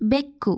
ಬೆಕ್ಕು